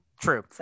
True